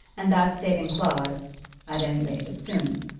and that saving clause at any rate as soon,